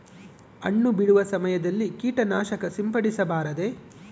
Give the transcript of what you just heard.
ಹಣ್ಣು ಬಿಡುವ ಸಮಯದಲ್ಲಿ ಕೇಟನಾಶಕ ಸಿಂಪಡಿಸಬಾರದೆ?